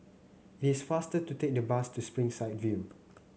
it is faster to take the bus to Springside View